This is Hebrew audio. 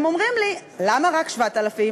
הם אומרים לי: למה רק 7,000?